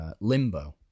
Limbo